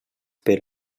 per